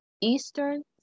Eastern